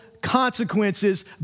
consequences